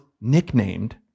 nicknamed